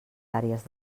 àrees